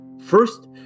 First